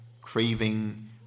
craving